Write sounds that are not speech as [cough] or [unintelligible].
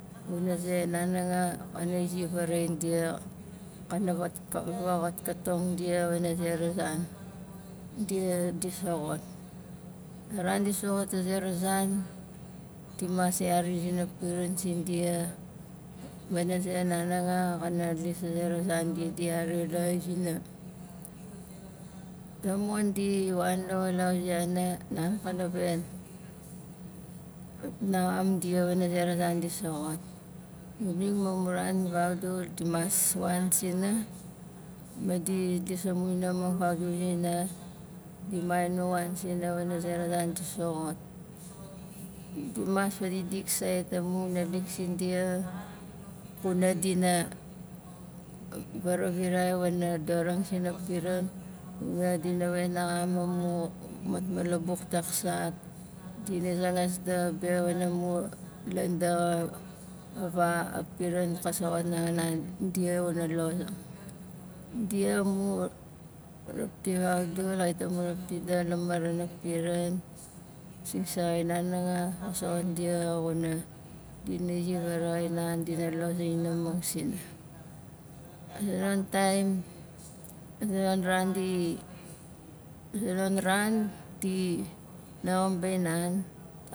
Xuna ze nan nanga xa na ziar vaaraxai dia kana vak- va- vagot taxoting dia wana zera zan dia di soxot a ran di soxot a zera zan di mas yari zina piran sindia wana ze nan nanga xana lis a zera zan dia di yari lai zina tamon di wan lawalau ziana nan ka na pen naxam dia wana zera zan di soxot [unintelligible] amun ran vaudul tumas wan sina ma di dis amu [unintelligible] sina di mainong wan sina wana zera zan di soxot gu mas fadikdik sait amu naalik sindia kuna dina varavirai wana darang sina piran kuna di na we naxam amu matmalabuk taaksat dina zangas daxa be wana mur lan daxa ava a piran ka soxot nanga nan dia wana los ang dia amu rapti faudul kawit amu rapti daxa la marana piran singsaxai han hanga xa soxot dia xuna dina ziar wana rait an dina losing ainaxamung sina a zonon taim a zonon ran di- a zonon ran di naxambain nan